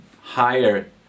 higher